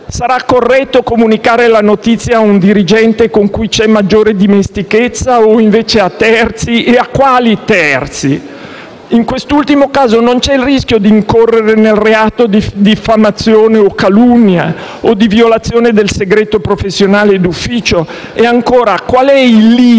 Sarà corretto comunicare la notizia a un dirigente con cui c'è maggiore dimestichezza o invece a terzi? E a quali terzi? In quest'ultimo caso, non c'è il rischio di incorrere nel reato di diffamazione o calunnia, o di violazione del segreto professionale o d'ufficio? E ancora: qual è il limite